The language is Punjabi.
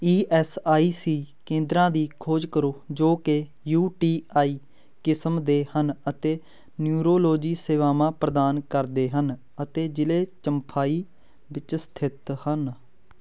ਈ ਐਸ ਆਈ ਸੀ ਕੇਂਦਰਾਂ ਦੀ ਖੋਜ ਕਰੋ ਜੋ ਕਿ ਯੂ ਟੀ ਆਈ ਕਿਸਮ ਦੇ ਹਨ ਅਤੇ ਨਿਊਰੋਲੋਜੀ ਸੇਵਾਵਾਂ ਪ੍ਰਦਾਨ ਕਰਦੇ ਹਨ ਅਤੇ ਜ਼ਿਲ੍ਹੇ ਚੰਫਾਈ ਵਿੱਚ ਸਥਿਤ ਹਨ